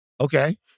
Okay